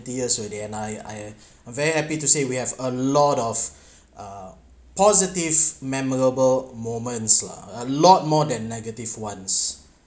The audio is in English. years already and I I very happy to say we have a lot of uh positive memorable moments lah a lot more than negative ones